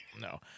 No